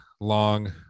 long